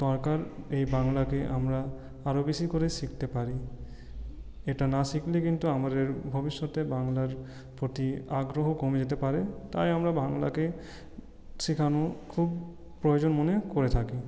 দরকার এই বাংলাকে আমরা আরও বেশী করে শিখতে পারি এটা না শিখলে কিন্তু আমাদের ভবিষ্যতে বাংলার প্রতি আগ্রহ কমে যেতে পারে তাই আমরা বাংলাকে শেখানো খুব প্রয়োজন মনে করে থাকি